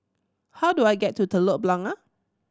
how do I get to Telok Blangah